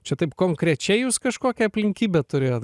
čia taip konkrečiai jūs kažkokią aplinkybę turėjot